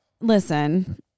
listen